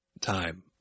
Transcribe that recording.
time